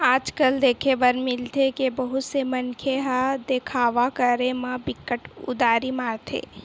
आज कल देखे बर मिलथे के बहुत से मनखे ह देखावा करे म बिकट उदारी मारथे